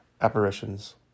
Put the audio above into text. Apparitions